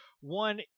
One